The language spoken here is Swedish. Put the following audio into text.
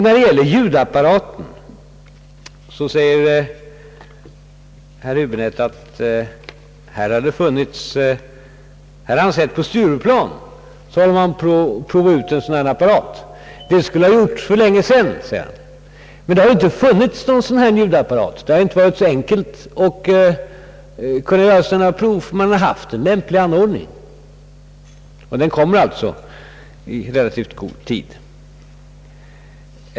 När det gäller ljudapparaten säger herr Höäbinette att han sett att man på Stureplan håller på att prova ut en sådan apparat. Det skulle ha gjorts för länge sedan, säger herr Häbinette. Men det har inte funnits någon sådan ljudapprat, och det har inte varit så enkelt att göra några prov innan man fått en lämplig anordning. Vi fick emellertid en sådan i relativt god tid.